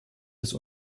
des